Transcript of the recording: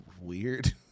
weird